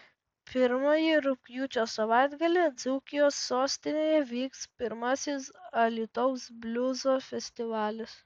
pirmąjį rugpjūčio savaitgalį dzūkijos sostinėje vyks pirmasis alytaus bliuzo festivalis